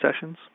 sessions